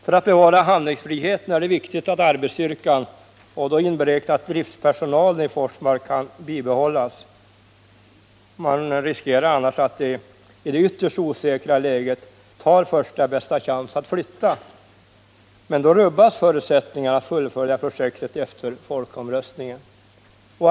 För att bevara handlingsfriheten är det viktigt att arbetsstyrkan, inberäknat driftspersonalen, vid Forsmark kan bibehållas. Man riskerar annars att de anställda i det ytterst osäkra läget tar första bästa chans att flytta, varvid förutsättningarna för att fullfölja projektet efter folkomröstningen rubbas.